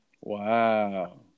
Wow